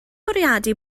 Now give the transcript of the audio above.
bwriadu